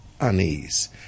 unease